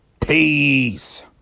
Peace